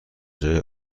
کجای